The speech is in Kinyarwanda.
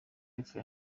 y’epfo